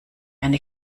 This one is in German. eine